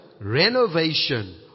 renovation